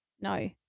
No